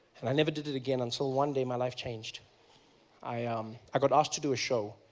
and i never did it again until one day my life changed i um i got asked to do a show.